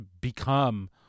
become